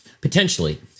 potentially